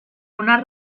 una